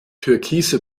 türkise